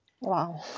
Wow